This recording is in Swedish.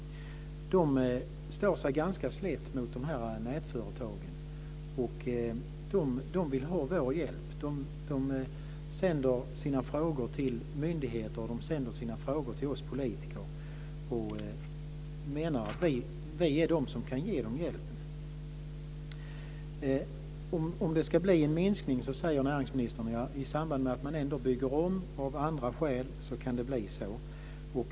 De står sig slätt mot nätföretagen. De vill ha vår hjälp. De sänder sina frågor till myndigheter och till oss politiker. De menar att det är vi som kan ge dem hjälp. Näringsministern säger att det kan bli en minskning i samband med att man ändå bygger om av andra skäl.